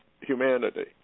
humanity